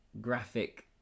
graphic